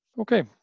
okay